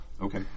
Okay